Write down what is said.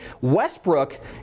Westbrook